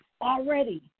already